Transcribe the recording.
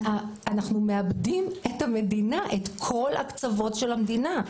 אנחנו מאבדים את המדינה, את כל הקצוות של המדינה.